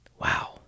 Wow